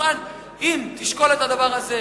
אם תשקול את הדבר הזה,